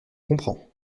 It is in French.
comprends